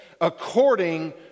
according